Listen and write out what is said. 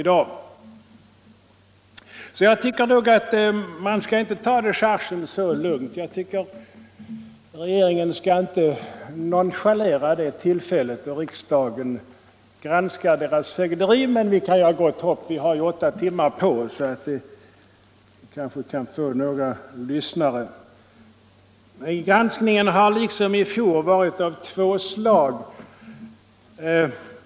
Jag tycker därför inte att regeringen skall ta dechargen så lugnt som den gör och nonchalera det tillfälle då riksdagen granskar dess fögderi. Men det finns gott hopp — vi har åtta timmar på oss; under den tiden kanske vi hinner få några lyssnare från regeringen. Granskningen har liksom i fjol varit av två slag.